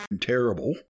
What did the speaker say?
terrible